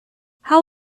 how